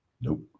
nope